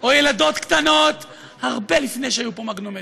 או ילדות קטנות הרבה לפני שהיו פה מגנומטרים.